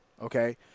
okay